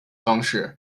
方式